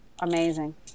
amazing